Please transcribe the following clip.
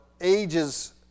ages